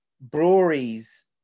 breweries